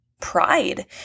pride